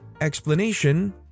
Explanation